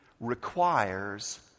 requires